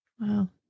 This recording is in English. Wow